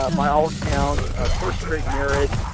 ah by all accounts, a first rate marriage,